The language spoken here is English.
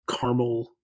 caramel